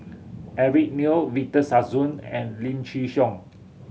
Eric Neo Victor Sassoon and Lim Chin Siong